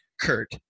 kurt